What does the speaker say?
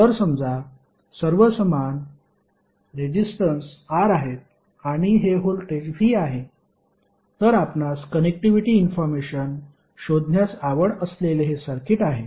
तर समजा सर्व समान रेजिस्टन्स R आहेत आणि हे व्होल्टेज V आहे तर आपणास कनेक्टिव्हिटी इन्फॉर्मेशन शोधण्यास आवड असलेले हे सर्किट आहे